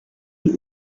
die